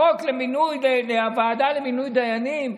החוק על הוועדה למינוי דיינים.